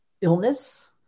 illness